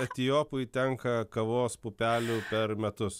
etiopui tenka kavos pupelių per metus